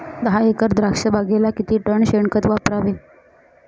दहा एकर द्राक्षबागेला किती टन शेणखत वापरावे?